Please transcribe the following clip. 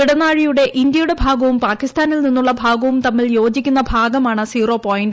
ഇടനാഴിയുടെ ഇന്ത്യയുടെ ഭാഗവും പാകിസ്ഥാനിൽ നിന്നുള്ള ഭാഗവും തമ്മിൽ യോജിക്കുന്ന ഭാഗമാണ് സീറോപോയിന്റ്